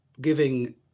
giving